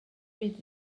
freed